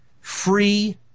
Free